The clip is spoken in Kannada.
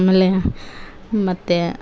ಆಮೇಲೆ ಮತ್ತು